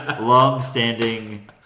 long-standing